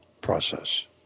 process